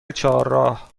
چهارراه